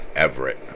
Everett